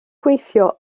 gweithio